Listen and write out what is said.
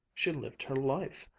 she lived her life.